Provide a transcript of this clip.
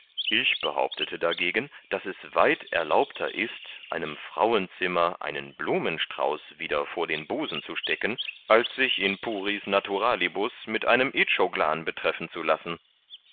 ich behauptete dagegen daß es weit erlaubter ist einem frauenzimmer einen blumenstrauß wieder vor den busen zu stecken als sich in puris naturalibus mit einem itschoglan betreffen zu lassen